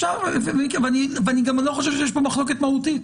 אני גם לא חושב שיש פה מחלוקת מהותית.